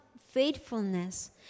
faithfulness